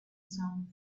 sound